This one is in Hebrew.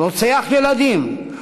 רוצח ילדים,